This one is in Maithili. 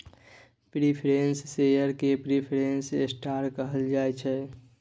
प्रिफरेंस शेयर केँ प्रिफरेंस स्टॉक कहल जाइ छै